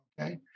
Okay